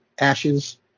Ashes